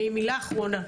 ומילה אחרונה,